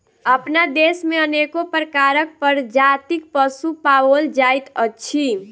अपना देश मे अनेको प्रकारक प्रजातिक पशु पाओल जाइत अछि